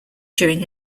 during